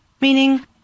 Meaning